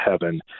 heaven